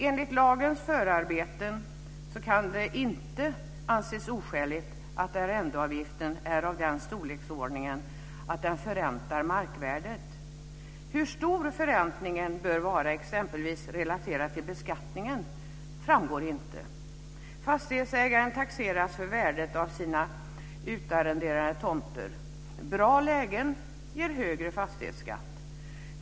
Enligt lagens förarbeten kan det inte anses oskäligt att arrendeavgiften är i den storleksordningen att den förräntar markvärdet. Hur stor förräntningen bör vara, exempelvis relaterat till beskattningen, framgår inte. Fastighetsägaren taxeras för värdet av sina utarrenderade tomter. Bra lägen ger högre fastighetsskatt.